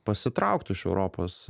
pasitrauktų iš europos